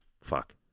fuck